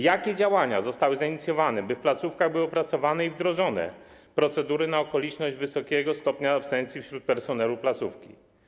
Jakie działania zostały zainicjowane, by w placówkach były opracowane i wdrożone procedury na okoliczność wysokiego stopnia absencji wśród personelu placówki?